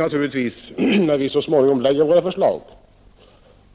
När vi så småningom lägger fram våra förslag,